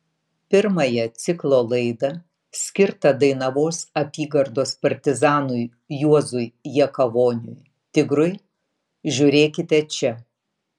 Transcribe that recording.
pirmąją ciklo laidą skirtą dainavos apygardos partizanui juozui jakavoniui tigrui žiūrėkite čia